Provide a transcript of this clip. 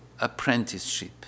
apprenticeship